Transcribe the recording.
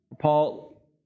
Paul